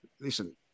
Listen